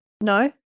No